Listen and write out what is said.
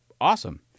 awesome